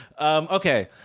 okay